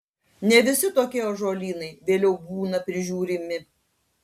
ne visi tokie ąžuolynai vėliau būna prižiūrimi